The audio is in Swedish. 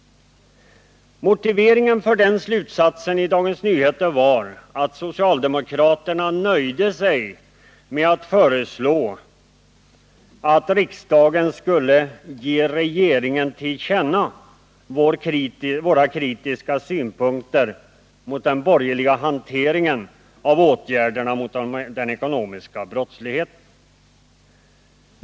Motiveringen för den slutsatsen i DN var att socialdemokraterna nöjde sig med att föreslå att riksdagen skulle ge regeringen till känna våra kritiska synpunkter mot den borgerliga hanteringen av åtgärderna mot den ekonomiska brottsligheten.